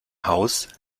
haus